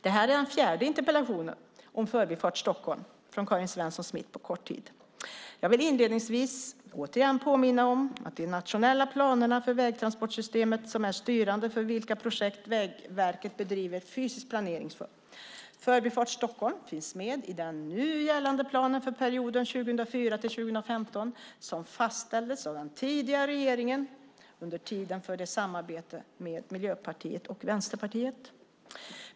Detta är den fjärde interpellationen om Förbifart Stockholm från Karin Svensson Smith på kort tid. Jag vill inledningsvis återigen påminna om att det är de nationella planerna för vägtransportsystemet som är styrande för vilka projekt Vägverket bedriver fysisk planering för. Förbifart Stockholm finns med i den nu gällande planen för perioden 2004-2015 som fastställdes av den tidigare regeringen under tiden för dess samarbete med Miljöpartiet och Vänsterpartiet.